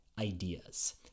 ideas